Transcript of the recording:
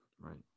right